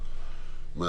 מה